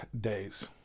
days